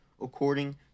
according